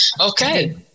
Okay